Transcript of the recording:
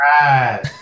right